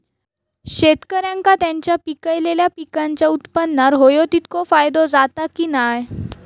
शेतकऱ्यांका त्यांचा पिकयलेल्या पीकांच्या उत्पन्नार होयो तितको फायदो जाता काय की नाय?